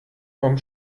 vom